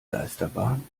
geisterbahn